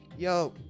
Yo